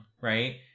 Right